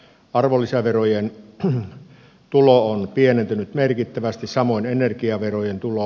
arvonlisäverojen tulo on pienentynyt merkittävästi samoin energiaverojen tulo